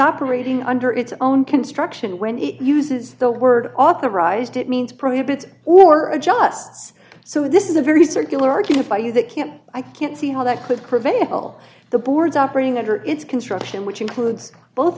operating under its own construction when he uses the word authorized it means prohibits or adjusts so this is a very circular argument by you that can't i can't see how that could prevent all the boards operating under its construction which includes both